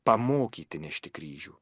pamokyti nešti kryžių